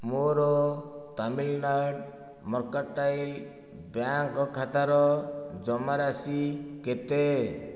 ମୋର Tamilnad Mercantile Bank ଖାତାର ଜମାରାଶି କେତେ